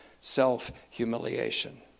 self-humiliation